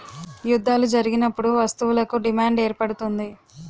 యుద్ధాలు జరిగినప్పుడు వస్తువులకు డిమాండ్ ఏర్పడుతుంది